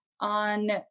on